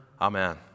Amen